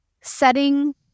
setting